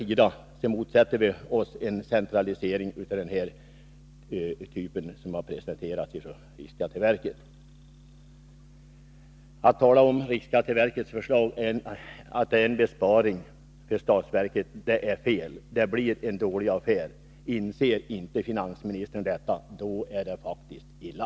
Centern motsätter sig en centralisering av den typ som har presenterats från riksskatteverket. Att påstå att riksskatteverkets förslag är en besparing för statskassan är fel. Det blir en dålig affär. Inser inte finansministern detta, då är det faktiskt illa.